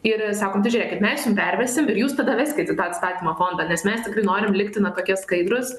ir sakot žiūrėkit mes jum pervesim ir jūs tada veskit į tą atstatymo fondą nes mes norim likti na tokie skaidrūs